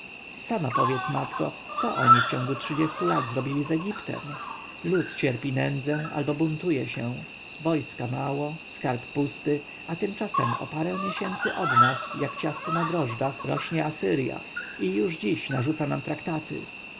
sama powiedz matko co oni w ciągu trzydziestu lat zrobili z egiptem lud cierpi nędzę albo buntuje się wojska mało skarb pusty a tymczasem o parę miesięcy od nas jak ciasto na drożdżach rośnie asyrja i już dziś narzuca nam traktaty